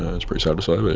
ah it's pretty sad sort of